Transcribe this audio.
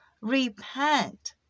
repent